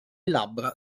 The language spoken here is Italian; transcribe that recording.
labbra